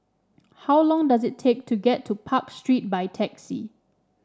how long does it take to get to Park Street by taxi